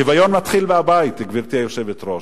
השוויון מתחיל מהבית, גברתי היושבת-ראש: